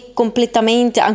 completamente